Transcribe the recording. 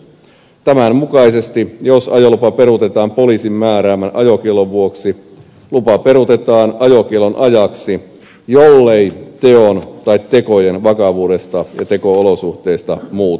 tämän mukaisesti jos ajolupa peruutetaan poliisin määräämän ajokiellon vuoksi lupa peruutetaan ajokiellon ajaksi jollei teon tai tekojen vakavuudesta ja teko olosuhteista muuta johdu